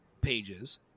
pages